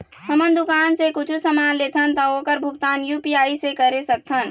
हमन दुकान से कुछू समान लेथन ता ओकर भुगतान यू.पी.आई से कर सकथन?